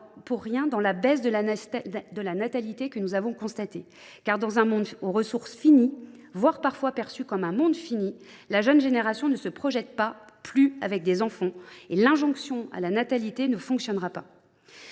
pour rien dans la baisse de la natalité que nous avons constatée. Car dans un monde aux ressources finies, voire un monde parfois perçu comme fini, la jeune génération ne se projette plus avec des enfants, et l’injonction à la natalité ne fonctionnera pas.